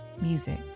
music